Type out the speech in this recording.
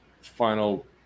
final